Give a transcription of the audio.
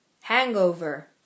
Hangover